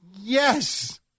Yes